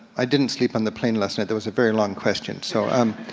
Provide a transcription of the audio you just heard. i didn't sleep on the plane last night, that was a very long question. so um